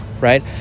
right